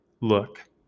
look